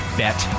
bet